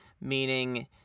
meaning